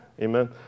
Amen